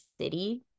city